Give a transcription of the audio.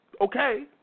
okay